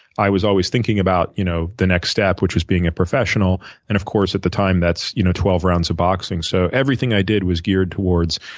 i was always thinking about you know the next step, which was being a professional. and, of course, at the time that's you know twelve rounds of boxing, so everything i did was geared towards.